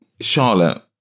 Charlotte